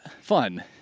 fun